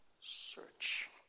search